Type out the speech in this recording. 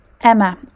emma